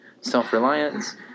self-reliance